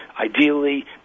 Ideally